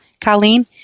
Colleen